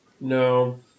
No